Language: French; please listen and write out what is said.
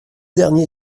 derniers